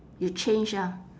you change ah